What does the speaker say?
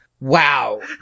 wow